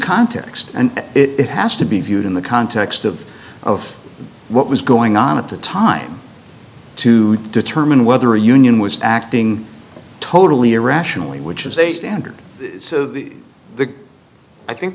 context and it has to be viewed in the context of of what was going on at the time to determine whether a union was acting totally irrationally which is a standard of the big i think